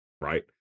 right